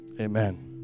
Amen